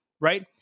right